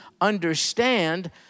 understand